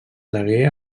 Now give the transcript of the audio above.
degué